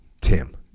Tim